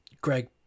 Greg